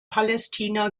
palästina